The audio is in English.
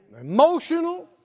emotional